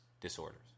disorders